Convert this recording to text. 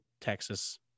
Texas